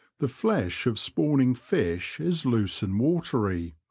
the flesh of spawning fish is loose and watery,